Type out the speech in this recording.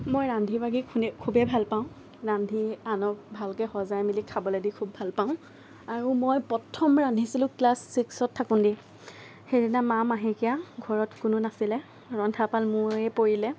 মই ৰান্ধি বাঢ়ি খুবে খুবেই ভাল পাওঁ ৰান্ধি আনক ভালকে সজাই মেলি খাবলৈ দি খুব ভাল পাওঁ আৰু মই প্ৰথম ৰান্ধিছিলোঁ ক্লাছ চিক্সত থাকোঁতেই সেইদিনা মাৰ মাহেকীয়া ঘৰত কোনো নাছিলে ৰন্ধাৰ পাল মোৰেই পৰিলে